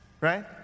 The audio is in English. Right